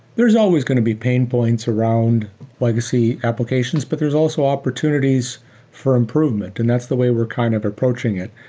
there's always going to be pain points around legacy applications, but there's also opportunities for improvement, and that's the way we're kind of approaching it.